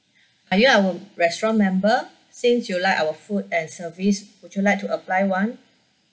are you our restaurant member since you like our food and service would you like to apply one